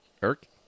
Eric